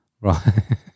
Right